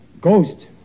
Ghost